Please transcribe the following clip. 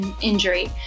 injury